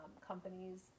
companies